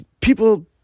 people